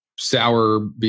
Sour